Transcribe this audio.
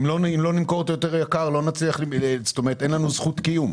אם לא נמכור אותו במחיר יקר יותר אז אין לנו זכות קיום.